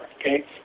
Okay